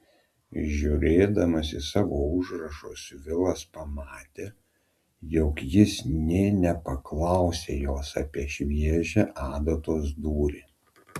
žiūrėdamas į savo užrašus vilas pamatė jog jis nė nepaklausė jos apie šviežią adatos dūrį